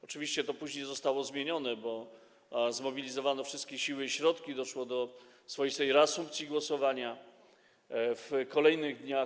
Oczywiście to później zostało zmienione, bo zmobilizowano wszystkie siły i środki i doszło do swoistej reasumpcji głosowania w kolejnych dniach.